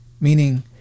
meaning